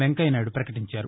వెంకయ్య నాయుడు ప్రకటించారు